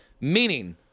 Meaning